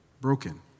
broken